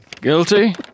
Guilty